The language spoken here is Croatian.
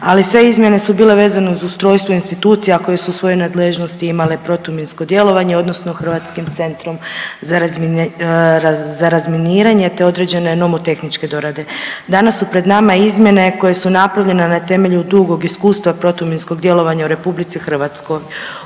ali sve izmjene su bile vezane uz ustrojstvo institucija koje su svoje nadležnosti imale protuminsko djelovanje odnosno Hrvatskim centrom za razminiranje te određene nomotehničke dorade. Danas su pred nama izmjene koje su napravljene na temelju dugog iskustvu protuminskog djelovanja u RH. Upravo